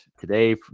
today